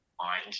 mind